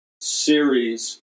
series